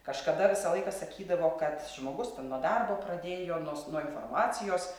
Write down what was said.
kažkada visą laiką sakydavo kad žmogus ten nuo darbo pradėjo nos nuo informacijos